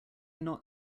not